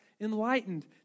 enlightened